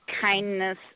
kindness